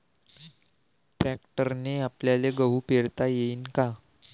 ट्रॅक्टरने आपल्याले गहू पेरता येईन का?